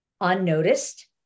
unnoticed